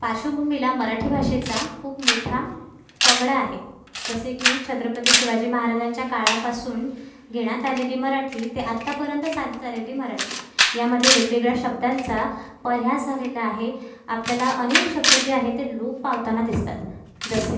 पार्श्वभूमीला मराठी भाषेचा खूप मोठा पगडा आहे जसे की छत्रपती शिवाजी महाराजांच्या काळापासून घेण्यात आलेली मराठी ते आतापर्यंत चालत आलेली मराठी यामध्ये वेगवेगळ्या शब्दांचा परिहास झालेला आहे आपल्याला अनेक शब्द जे आहेत ते लोप पावताना दिसतात जसे